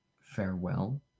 farewell